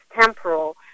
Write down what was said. temporal